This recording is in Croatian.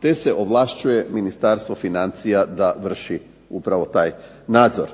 te se ovlašćuje Ministarstvo financija da vrši upravo taj nadzor